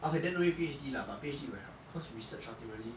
okay then don't need P_H_D lah but P_H_D will help cause ultimately